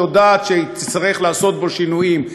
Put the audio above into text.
היא יודעת שהיא תצטרך לעשות בו שינויים,